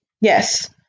Yes